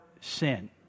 sin